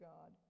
God